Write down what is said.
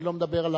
אני לא מדבר על